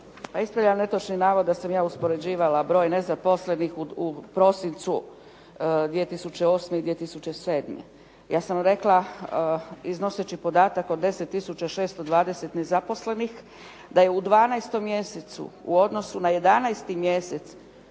Pa ispravljam netočni navod da sam je uspoređivala broj nezaposlenih u prosincu 2008. i 2007. Ja sam rekla iznoseći podatak od 10 tisuća 620 nezaposlenih, da je u 12. mjesecu, u odnosu na 11. mjesec